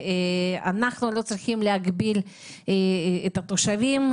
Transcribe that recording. אנחנו לא צריכים להגביל את התושבים,